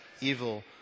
evil